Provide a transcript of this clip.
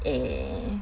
eh